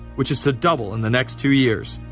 which is to double in the next two years.